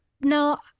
now